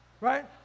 Right